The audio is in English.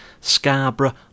Scarborough